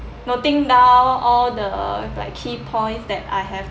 noting down all the like key points that I have